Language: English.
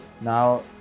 Now